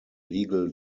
legal